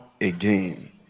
again